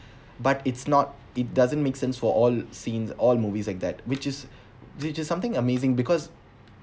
but it's not it doesn't make sense for all scenes all movies like that which is which is something amazing because